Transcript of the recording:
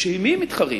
ועם מי הם מתחרים?